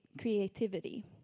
creativity